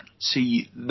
see